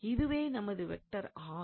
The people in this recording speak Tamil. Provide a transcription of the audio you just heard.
இதுவே நமது வெக்டார் r